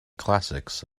classics